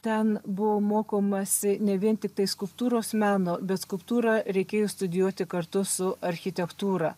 ten buvo mokomasi ne vien tiktai skulptūros meno bet skulptūrą reikėjo studijuoti kartu su architektūra